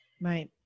Right